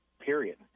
period